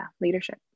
leadership